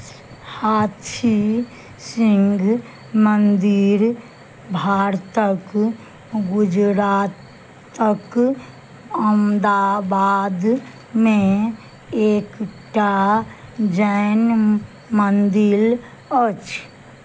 हाछी सिंह मन्दिर भारतक गुजरातक अहमदाबादमे एकटा जैन मन्दिर अछि